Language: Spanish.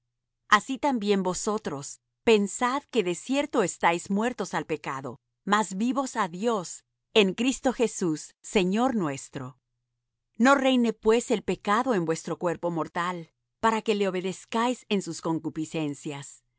así también vosotros pensad que de cierto estáis muertos al pecado mas vivos á dios en cristo jesús señor nuestro no reine pues el pecado en vuestro cuerpo mortal para que le obedezcáis en sus concupiscencias